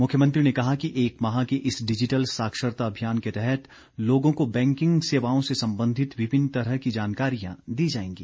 मुख्यमंत्री ने कहा कि एक माह के इस डिजिटल साक्षरता अभियान के तहत लोगों को बैंकिंग सेवाओं से संबंधित विभिन्न तरह की जानकारियां दी जाएंगी